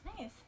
Nice